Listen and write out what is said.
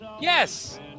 Yes